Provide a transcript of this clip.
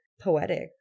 poetic